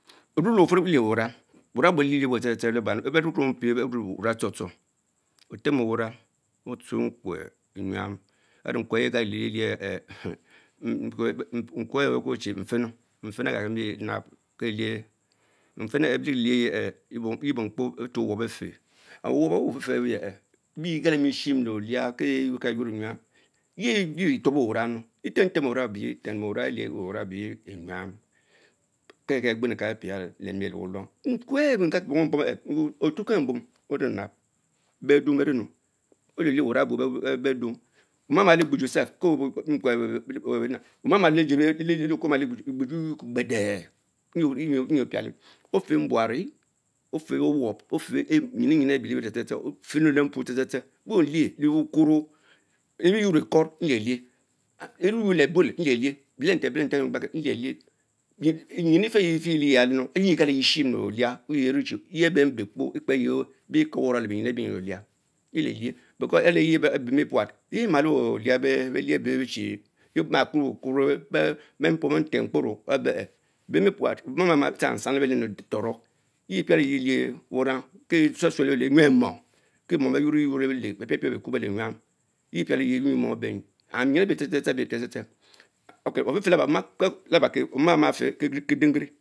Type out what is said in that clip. Orie le bufurr olich wnrang wurang obne olie lie ebuch, beriki nongpie be tung wurang etshong etonong, otema waramp, Otsue neuve enyam, arel nikwe areyle galkis likelve ehh bekuoch Chi nfenu, nofenn ang agakemi nab rifana the be lichie ette eye be tuo owop befch, onwep owen ofefer ewerch the egalimeshim le-clich Keh eyworks ystor erie quobe lumang enyam norum, Etemama umig, clich wuran ebuye enyam, agbem kis pís lee miel leh wulom, nawe chh nkalbere pom pom pom cuh enh otweh kembom onabnak, bedung berienu, olielie wurang aweh bedung, oma man legbujin self, oma maa lee Egoriju eyum Kpedee, enyi opiale ofeh mbuabree, ofeh owob, ofeh nyinunyinu abie rie nu tse tse ofem lepuo tse tse tse te ko lieh, lewukoro le-buel nleyley, bresenten, bietentis ape ifitich aupe table Shin Lek oliar your rit shie tea embe kpa ekpe eyie bekurr ebe bemen amala bche bench clue ntam kpuro eciccien bere peh ekpe puat ama kukurr Beripoms chate ben beme puat onus tul man besanny le beleh torch the biale clien wurang etfuel toned lebere ennen mom, kie mom bes Yuerr reh ynor le bele be pieliet eku bele enyem, fie piale anyuerr mor ebel and yin. ebe tse tse the, ok, efifie labake oma omafe Kedengirie.